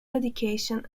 education